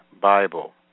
Bible